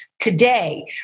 today